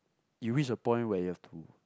you reach a point where you have to